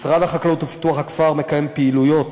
משרד החקלאות ופיתוח הכפר מקיים פעילויות